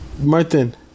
Martin